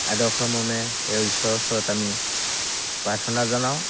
আদৰ্শমৰ্মে সেই ঈশ্বৰৰ ওচৰত আমি প্ৰাৰ্থনা জনাওঁ